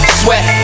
sweat